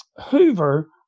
Hoover